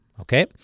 okay